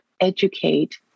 educate